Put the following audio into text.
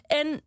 en